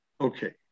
Okay